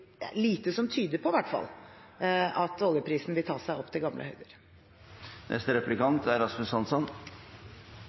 lite som tyder på at oljeprisen vil ta seg opp til gamle høyder.